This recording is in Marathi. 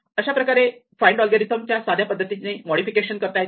अशाप्रकारे फाइंड अल्गोरिदम चे साध्या पद्धतीने मोडिफिकेशन करता येते